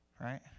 right